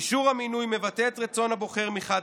אישור המינוי מבטא את רצון הבוחר מחד